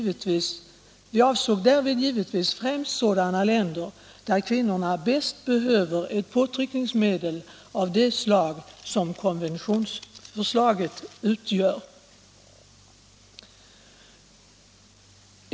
Vi avsåg därvid givetvis främst sådana länder där kvinnorna bäst behöver ett påtryckningsmedel av det slag som konventionsförslaget utgör.